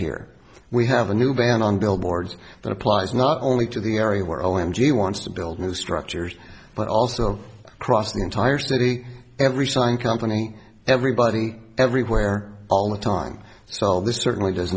here we have a new ban on billboards that applies not only to the area where o m g wants to build new structures but also across the entire city every sign company everybody everywhere all the time so this certainly does